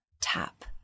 Tap